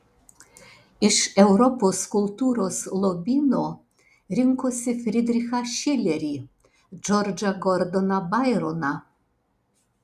iš europos kultūros lobyno rinkosi fridrichą šilerį džordžą gordoną baironą